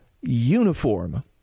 uniform